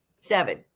Seven